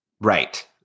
Right